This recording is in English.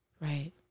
Right